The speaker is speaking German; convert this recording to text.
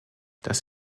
das